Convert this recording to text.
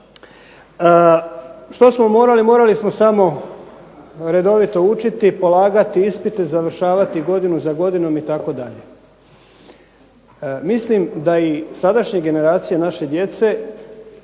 Što smo morali? Morali smo samo redovito učiti, polagati ispite, završavati godinu za godinom itd. Mislim da i sadašnje generacije naše djece,